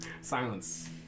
silence